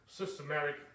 systematic